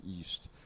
east